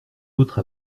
autre